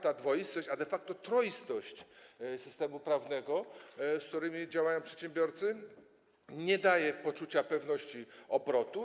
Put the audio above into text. Ta dwoistość, de facto troistość systemu prawnego, w którym działają przedsiębiorcy, nie daje poczucia pewności obrotu.